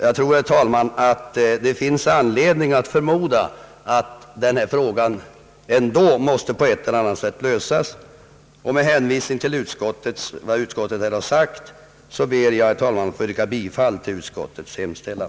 Jag tror, herr talman, att det finns anledning förmoda, att denna fråga ändå på ett eller annat sätt måste få sin lösning. Med det anförda ber jag, herr talman, att få yrka bifall till utskottets hemställan.